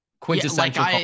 quintessential